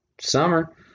summer